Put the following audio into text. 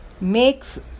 makes